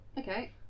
Okay